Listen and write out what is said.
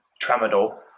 Tramadol